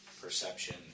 Perception